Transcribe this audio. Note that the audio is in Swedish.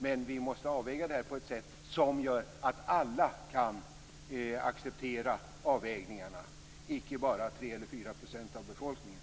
Men vi måste avväga det på ett sätt som gör att alla kan acceptera avvägningarna, icke bara 3 eller 4 % av befolkningen.